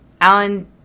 Alan